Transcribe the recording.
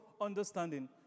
understanding